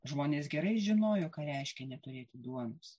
žmonės gerai žinojo ką reiškia neturėti duonos